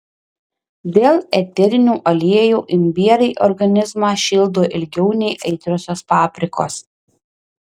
dėl eterinių aliejų imbierai organizmą šildo ilgiau nei aitriosios paprikos